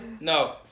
No